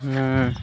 ମୁଁ